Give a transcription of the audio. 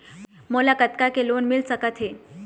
मोला कतका के लोन मिल सकत हे?